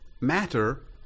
matter